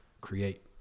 create